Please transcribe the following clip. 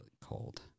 cold